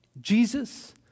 Jesus